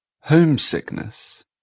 homesickness